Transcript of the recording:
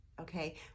Okay